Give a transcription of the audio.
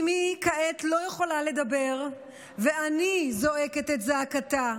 אימי כעת לא יכולה לדבר, ואני זועקת את זעקתה,